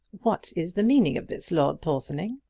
what is the meaning of this, lord porthoning?